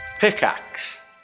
pickaxe